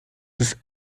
ist